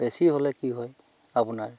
বেছি হ'লে কি হয় আপোনাৰ